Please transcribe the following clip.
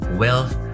wealth